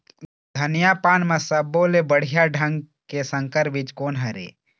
धनिया पान म सब्बो ले बढ़िया ढंग के संकर बीज कोन हर ऐप?